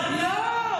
ולא,